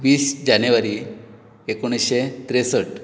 वीस जानेवारी एकोणिशें त्रेसट